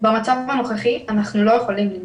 במצב הנוכחי אנחנו לא יכולים ללמוד.